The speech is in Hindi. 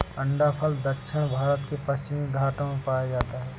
अंडाफल दक्षिण भारत के पश्चिमी घाटों में पाया जाता है